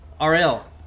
RL